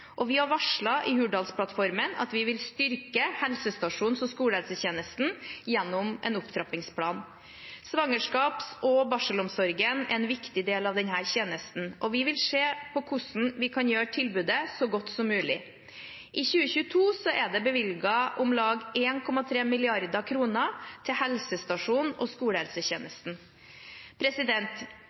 Vi har varslet i Hurdalsplattformen at vi vil styrke helsestasjons- og skolehelsetjenesten gjennom en opptrappingsplan. Svangerskaps- og barselomsorgen er en viktig del av denne tjenesten, og vi vil se på hvordan vi kan gjøre tilbudet så godt som mulig. I 2022 er det bevilget om lag 1,3 mrd. kr til helsestasjons- og skolehelsetjenesten.